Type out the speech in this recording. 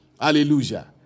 hallelujah